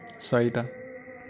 চাৰিটা